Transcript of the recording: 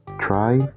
Try